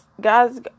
guys